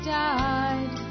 died